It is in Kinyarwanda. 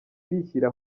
bishyira